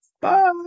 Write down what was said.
Bye